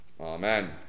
Amen